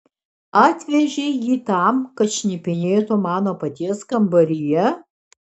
atvežei jį tam kad šnipinėtų mano paties kambaryje